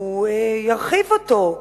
שהוא ירחיב אותו: